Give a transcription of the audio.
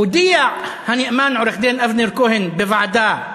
הודיע הנאמן, עורך-הדין אבנר כהן, בוועדה,